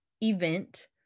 event